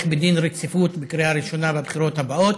בדין רציפות בקריאה ראשונה לבחירות הבאות,